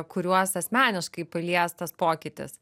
kuriuos asmeniškai palies tas pokytis